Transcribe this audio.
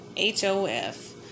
HOF